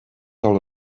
all